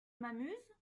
m’amuse